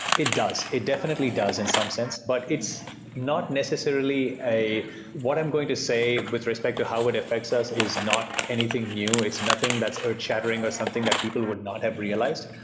it does. it definitely does in some sense, but it's not necessarily what i'm going to say with respect to how it affects us is not anything new. it's nothing that's earth-shattering or something that people would not have realized.